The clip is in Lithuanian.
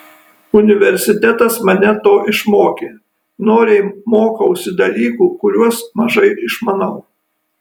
universitetas mane to išmokė noriai mokausi dalykų kuriuos mažai išmanau